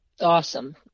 Awesome